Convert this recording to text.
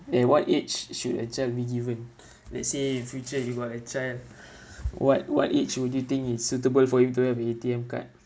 at what age should a child be given let's say in future you got a child what what age would you think it's suitable for you to have a A_T_M card